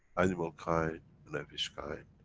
animal kind and a fish kind,